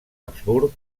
habsburg